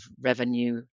revenue